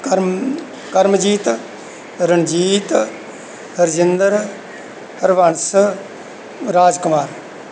Karam Karamjeet Ranjit Harjinder Harbans Raj Kumar